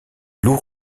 loup